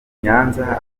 nyanza